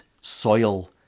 soil